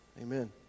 Amen